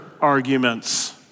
arguments